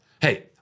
Hey